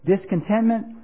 discontentment